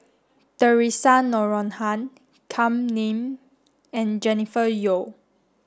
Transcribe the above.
Theresa Noronha Kam Ning and Jennifer Yeo